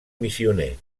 missioner